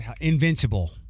Invincible